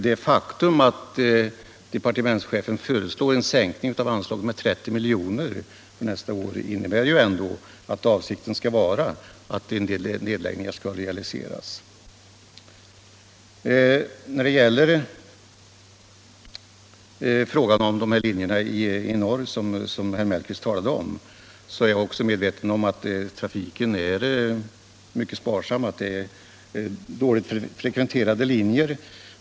Det faktum att departementschefen föreslår en sänkning av anslaget med 30 milj.kr. för nästa år innebär ju ändå att avsikten är att en del nedläggningar skall realiseras. När det gäller frågan om de linjer i norr som herr Mellqvist talade om är jag också medveten om att de är dåligt frekventerade linjer.